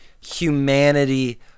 humanity